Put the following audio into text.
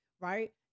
right